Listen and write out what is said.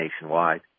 nationwide